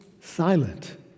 silent